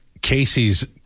Casey's